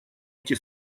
эти